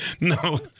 no